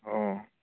ꯑꯣ